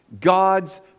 God's